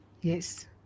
yes